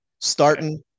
Starting